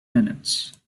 minutes